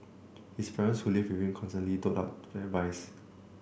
his parents who live with him constantly doled out advice